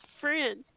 friends